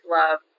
love